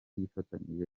yifatanyije